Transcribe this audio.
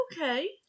Okay